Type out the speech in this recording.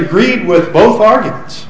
agreed with both arguments